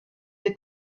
des